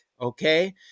Okay